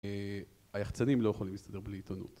היחצ"נים לא יכולים להסתדר בלי עיתונות